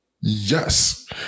Yes